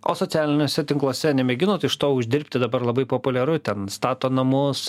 o socialiniuose tinkluose nemėginot iš to uždirbti dabar labai populiaru ten stato namus